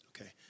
Okay